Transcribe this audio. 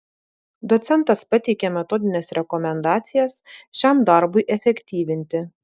docentas pateikė metodines rekomendacijas šiam darbui efektyvinti